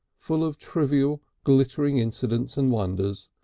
full of trivial glittering incidents and wonders,